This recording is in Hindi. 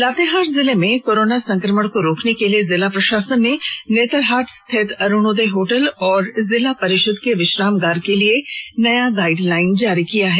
लातेहार जिले में कोरोना संक्रमण को रोकने के लिए जिला प्रशासन ने नेतरहाट स्थित अरूणोदय होटल और जिला परिषद के विश्रामागार के लिए नया गाइडलाइन जारी किया है